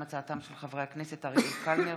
חברי הכנסת אריאל קלנר